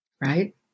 Right